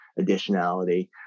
additionality